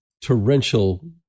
torrential